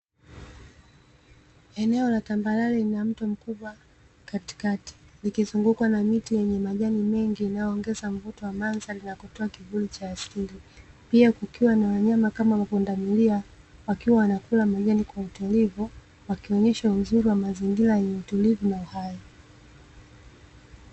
Eneo la tambarare lina mto mkubwa katikati, likizungukwa na miti yenye majani mengi yanayoongeza mvuto wa mandhari na kutoa kivuli cha asili, pia kukiwa na wanyama kama pundamilia wakiwa wanakula majani kwa utulivu, wakionesha uzuri wa mazingira yenye utulivu na uhai.